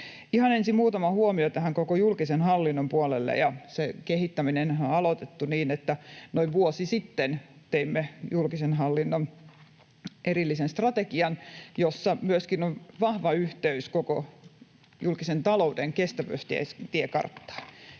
Ihan ensin muutama huomio tänne koko julkisen hallinnon puolelle. Ja se kehittäminenhän on aloitettu niin, että noin vuosi sitten teimme julkisen hallinnon erillisen strategian, jossa myöskin on vahva yhteys koko julkisen talouden kestävyystiekarttaan